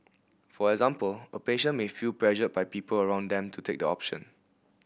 for example a patient may feel pressured by people around them to take the option